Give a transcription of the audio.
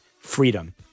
Freedom